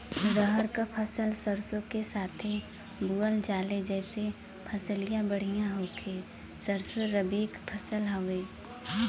रहर क फसल सरसो के साथे बुवल जाले जैसे फसलिया बढ़िया होले सरसो रबीक फसल हवौ